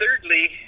thirdly